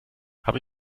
habe